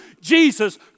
Jesus